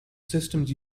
systems